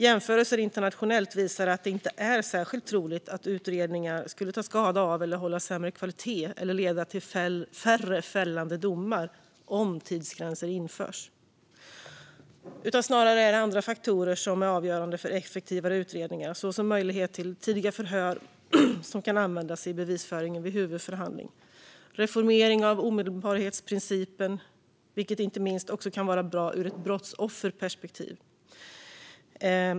Jämförelser internationellt visar att det inte är särskilt troligt att utredningar skulle ta skada av, hålla sämre kvalitet eller leda till färre fällande domar om tidsgränser infördes. Det är snarare andra faktorer som är avgörande för effektivare utredningar, såsom möjlighet till tidiga förhör som kan användas i bevisföringen vid huvudförhandling och en reformering av omedelbarhetsprincipen, vilket inte minst kan vara bra ur ett brottsofferperspektiv.